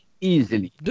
Easily